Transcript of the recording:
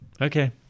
okay